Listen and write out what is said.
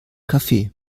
café